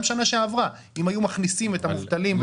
גם בשנה שעברה אם היו מכניסים את המובטלים --- אבל